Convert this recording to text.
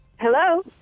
Hello